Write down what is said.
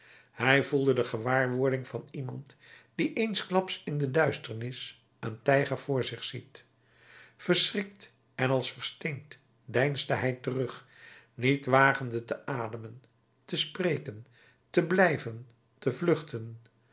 hij voelde de gewaarwording van iemand die eensklaps in de duisternis een tijger voor zich ziet verschrikt en als versteend deinsde hij terug niet wagende te ademen te spreken te blijven te vluchten